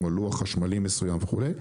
כמו לוח חשמלי מסוים וכולי,